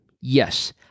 Yes